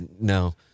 no